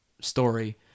story